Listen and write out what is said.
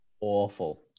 Awful